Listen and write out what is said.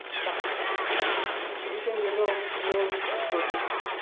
but you can develop small projects